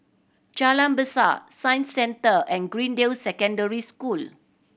Jalan Besar Science Centre and Greendale Secondary School